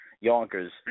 Yonkers